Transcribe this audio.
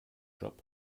job